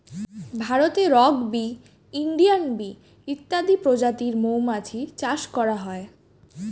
ভারতে rock bee, Indian bee ইত্যাদি প্রজাতির মৌমাছি চাষ করা হয়